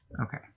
Okay